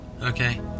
okay